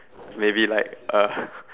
maybe like uh